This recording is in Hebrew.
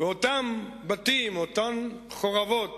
ואותם בתים, אותן חורבות